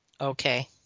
Okay